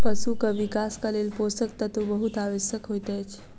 पशुक विकासक लेल पोषक तत्व बहुत आवश्यक होइत अछि